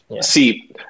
see